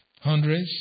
hundreds